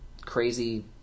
crazy